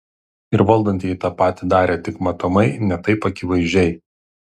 ir valdantieji tą patį darė tik matomai ne taip akivaizdžiai